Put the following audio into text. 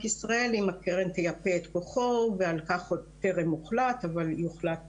ישראל אם הקרן תייפה את כוחו ועל כך טרם הוחלט אבל יוחלט